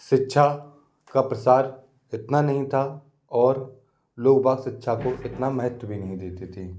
शिक्षा का प्रसार इतना नहीं था और लोग वह शिक्षा को इतना महत्व भी नहीं देते थे